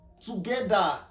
together